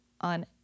on